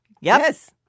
Yes